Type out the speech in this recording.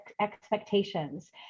expectations